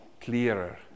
clearer